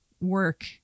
work